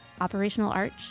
operationalarch